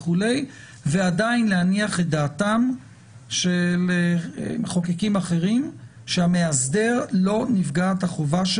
ועדיין להניח את דעתם של מחוקקים אחרים שלא נפגעת החובה של